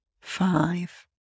Five